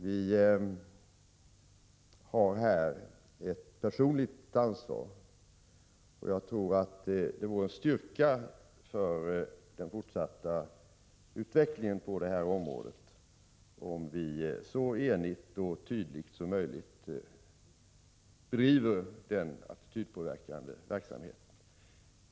Vi har här ett personligt ansvar, och det är en styrka för den fortsatta utvecklingen på detta område, om vi så enigt och tydligt som möjligt driver den attitydpåverkande verksamheten.